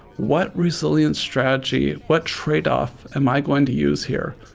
what resilience strategy, what tradeoff am i going to use here?